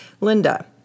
Linda